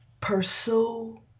Pursue